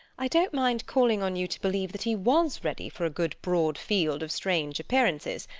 i don't mind calling on you to believe that he was ready for a good broad field of strange appearances,